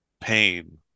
pain